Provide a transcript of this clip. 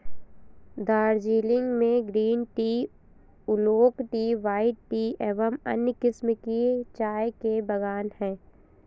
दार्जिलिंग में green tea, oolong tea, white tea एवं अन्य किस्म के चाय के बागान हैं